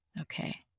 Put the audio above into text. Okay